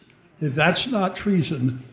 that's not treason,